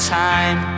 time